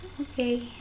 okay